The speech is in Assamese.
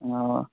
অঁ